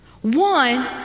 one